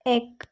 एक